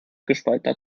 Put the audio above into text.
gespaltener